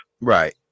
Right